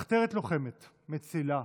מחתרת לוחמת, מצילה,